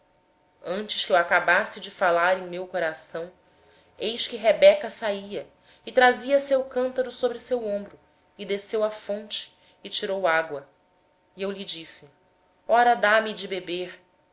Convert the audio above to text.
antes que eu acabasse de falar no meu coração eis que rebeca saía com o seu cântaro sobre o ombro desceu à fonte e tirou água e eu lhe disse dá-me de beber